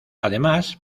además